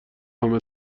همه